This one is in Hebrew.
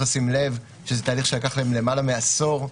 לשים לב שזה תהליך שלקח להם למעלה מעשור,